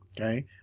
Okay